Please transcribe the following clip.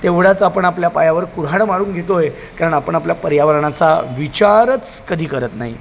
तेवढाच आपण आपल्या पायावर कुऱ्हाड मारून घेतो आहे कारण आपण आपल्या पर्यावरणाचा विचारच कधी करत नाही